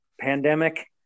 pandemic